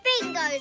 bingo's